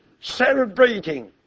celebrating